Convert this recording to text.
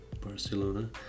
barcelona